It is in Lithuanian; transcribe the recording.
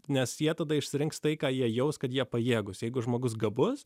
nes lietuva išsirinks tai ką jie jaus kad jie pajėgūs jeigu žmogus gabus